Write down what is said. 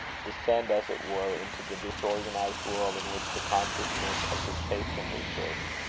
descend as it were into the disorganized world in which the consciousness of his patient exists,